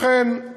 לכן,